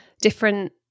different